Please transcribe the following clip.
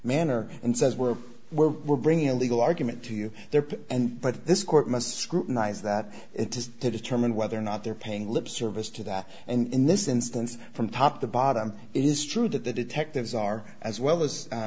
manner and says we're we're we're bringing a legal argument to you there and but this court must scrutinize that it is to determine whether or not they're paying lip service to that and in this instance from top to bottom it is true that the detectives are as well as